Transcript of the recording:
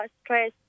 stress